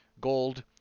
gold